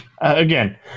Again